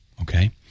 okay